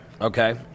Okay